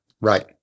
Right